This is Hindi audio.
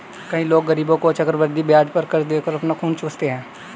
कई लोग गरीबों को चक्रवृद्धि ब्याज पर कर्ज देकर उनका खून चूसते हैं